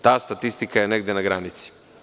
Ta statistika je negde na granici.